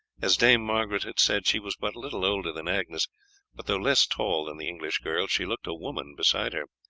as dame margaret had said, she was but little older than agnes but though less tall than the english girl, she looked a woman beside her.